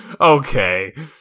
Okay